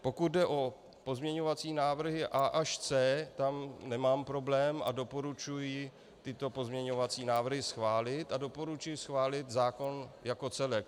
Pokud jde o pozměňovací návrhy A až C, tam nemám problém a doporučuji tyto pozměňovací návrhy schválit a doporučuji schválit zákon jako celek.